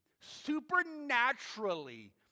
Supernaturally